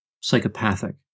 psychopathic